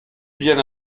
vienne